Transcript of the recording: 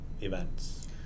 events